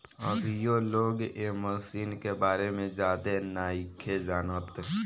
अभीयो लोग ए मशीन के बारे में ज्यादे नाइखे जानत